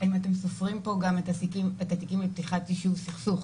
האם אתם סופרים פה גם את התיקים מפתיחת ישוב סכסוך?